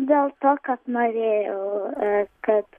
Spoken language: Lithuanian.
dėl to kad norėjau kad